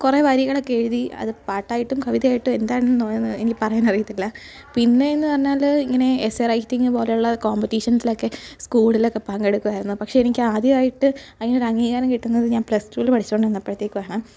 കുറേ വരികളക്കെ എഴ്തി അത് പാട്ടായിട്ടും കവിതയായിട്ടും എന്താണെന്നോ എനിക്ക് പറയാൻ അറിയത്തില്ല പിന്നെ എന്ന് പറഞ്ഞാൽ ഇങ്ങനെ എസ്സെ റൈറ്റിങ്ങ് പോലുള്ള കോമ്പറ്റീഷൻസിലൊക്കെ സ്കൂളിലൊക്കെ പങ്കെടുക്കുമായിരുന്നു പക്ഷെ എനിക്കാദ്യമായിട്ട് അതിന് ഒരു അംഗീകാരം കിട്ടുന്നത് ഞാൻ പ്ലെസ് ടൂവിൽ പഠിച്ചുകൊണ്ടിരുന്നപ്പഴത്തേക്കുമാണ്